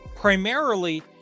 primarily